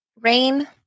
rain